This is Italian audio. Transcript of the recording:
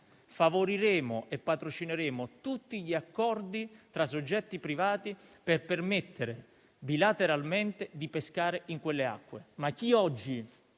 favoriremo e patrocineremo tutti gli accordi tra soggetti privati, per permettere, bilateralmente, di pescare in quelle acque. Chi oggi